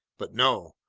but no.